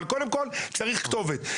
אבל קודם כל צריך כתובת.